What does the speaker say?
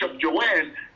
Joanne